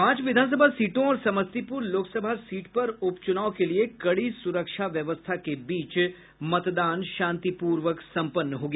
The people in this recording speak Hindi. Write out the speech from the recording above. पांच विधानसभा सीटों और समस्तीपुर लोकसभा सीट पर उप चुनाव के लिए कड़ी सुरक्षा व्यवस्था के बीच मतदान शांतिपूर्वक सम्पन्न हो गया